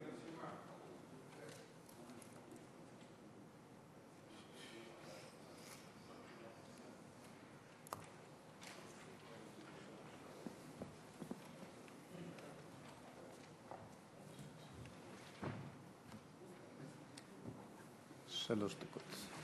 שלוש דקות.